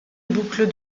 boucle